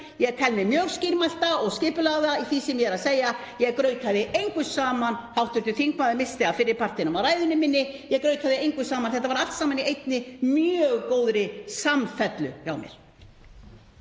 Ég tel mig mjög skýrmælta og skipulagða í því sem ég er að segja. Ég grautaði engu saman. Hv. þingmaður missti af fyrri partinum af ræðu minni. Ég grautaði engu saman. Þetta var allt saman í einni mjög góðri samfellu hjá mér.